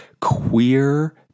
queer